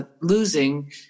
losing